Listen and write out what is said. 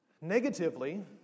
Negatively